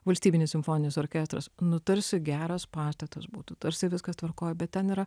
valstybinis simfoninis orkestras nu tarsi geras pastatas būtų tarsi viskas tvarkoj bet ten yra